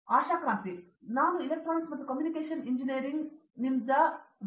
ಆಶಾ ಕ್ರಾಂತಿ ನಾನು ಇಲೆಕ್ಟ್ರಾನಿಕ್ಸ್ ಮತ್ತು communication engineering B